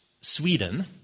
Sweden